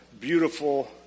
beautiful